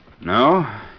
No